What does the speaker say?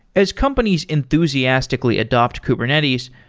as companies enthusiastically adopt kubernetes,